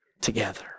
together